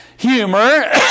humor